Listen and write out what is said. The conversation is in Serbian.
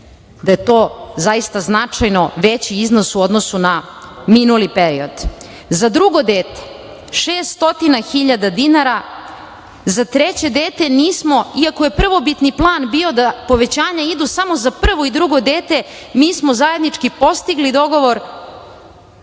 da je to zaista značajno veći iznos u odnosu na minuli period.Za drugo dete 600.000 dinara, a za treće dete nismo, iako je prvobitni plan bio da povećanje ide samo za prvo i drugo dete, mi smo zajednički postigli dogovor